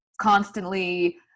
constantly